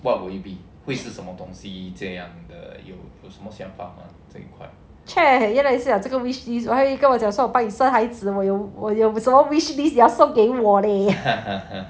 choi daikatlaisi 这个 wish list 我以为我帮你生一个孩子我有什么 wish list 你送给要我 leh